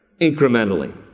incrementally